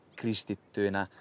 kristittyinä